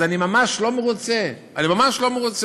אז אני ממש לא מרוצה, אני ממש לא מרוצה.